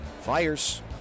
Fires